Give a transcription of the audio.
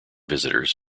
visitors